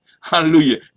hallelujah